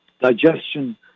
digestion